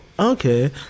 Okay